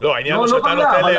זה לא בעיה.